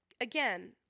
again